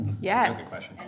Yes